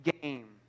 game